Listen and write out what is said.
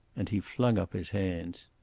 and he flung up his hands.